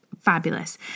fabulous